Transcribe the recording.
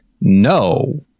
no